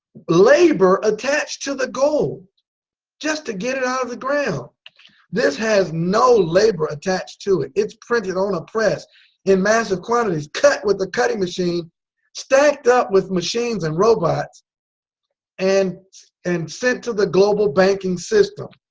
labor attached to the gold just to get it out of the ground this has no labor attached to it it's printed on a press in massive quantities cut with a cutting machine stacked up with machines and robots and and sent to the global banking system.